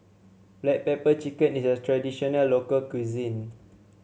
Black Pepper Chicken is a traditional local cuisine